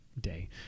day